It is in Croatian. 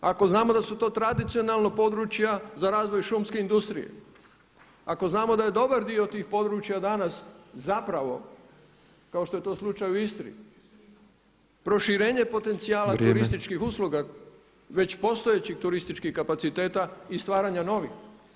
Ako znamo da su to tradicionalno područja za razvoj šumske industrije, ako znamo da je dobar dio tih područja danas zapravo kao što je to slučaj u Istri, proširenje potencijala turističkih usluga već postojećih turističkih kapaciteta i stvaranja novih?